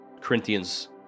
Corinthians